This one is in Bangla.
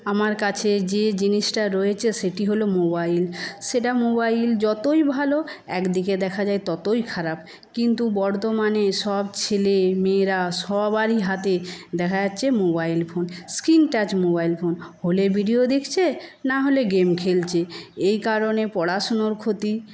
আমার কাছে যে জিনিসটা রয়েছে সেটি হল মোবাইল সেটা মোবাইল যতই ভালো একদিকে দেখা যায় ততই খারাপ কিন্তু বর্তমানে সব ছেলে মেয়েরা সবারই হাতে দেখা যাচ্ছে mobile phone screen touch mobile phone হলে ভিডিও দেখছে নাহলে গেম খেলছে এই কারণে পড়াশোনার ক্ষতি